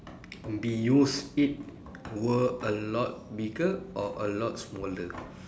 be used it were a lot bigger or a lot smaller